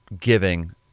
giving